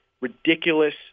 ridiculous